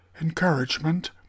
Encouragement